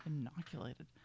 Inoculated